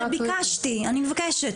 ביקשתי ואני מבקשת,